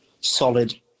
solid